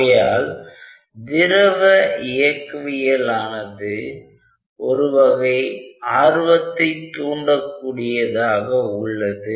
ஆகையால் திரவ இயக்கவியல் ஆனது ஒருவகை ஆர்வத்தைத் தூண்டக் கூடியதாக உள்ளது